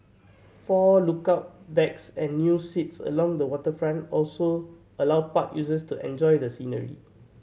four lookout decks and new seats along the waterfront also allow park users to enjoy the scenery